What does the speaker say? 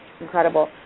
incredible